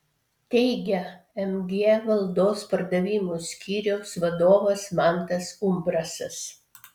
teigia mg valdos pardavimų skyriaus vadovas mantas umbrasas